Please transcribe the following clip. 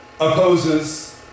opposes